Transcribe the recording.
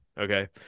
Okay